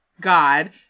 God